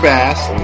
Fast